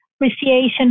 appreciation